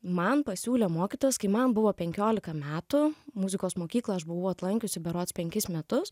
man pasiūlė mokytojas kai man buvo penkiolika metų muzikos mokyklą aš buvau aplankiusi berods penkis metus